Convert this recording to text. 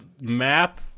map